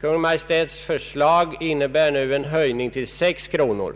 Kungl. Maj:ts förslag innebär en höjning till 6 kronor.